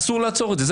אבל אסור לעצור את זה.